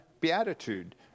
Beatitude